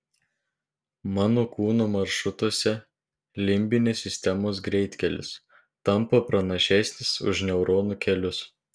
mano kūno maršrutuose limbinės sistemos greitkelis tampa pranašesnis už neuronų kelius